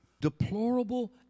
deplorable